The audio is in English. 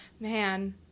Man